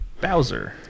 Bowser